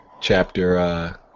Chapter